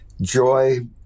joy